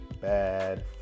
bad